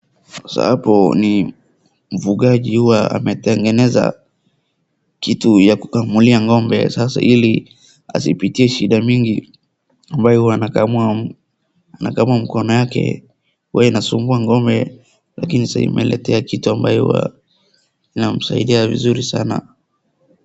Sa hapo ni mfungaji huwa ametengeza kitu ya kukamulia ng'ombe sasa ili asipitie shida mingi ambayo anakamua mkono yake huwa inasumbua ng'ombe lakini sai imeletea kitu inamsaidia vizuri sana.